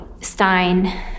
Stein